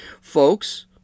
Folks